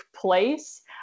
place